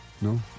no